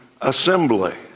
assembly